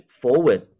forward